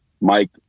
Mike